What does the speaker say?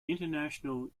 international